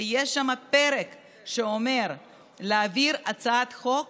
ויש שם פרק שאומר להעביר הצעת חוק